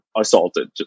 assaulted